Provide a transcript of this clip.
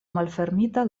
malfermita